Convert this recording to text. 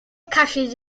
catches